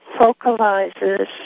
focalizes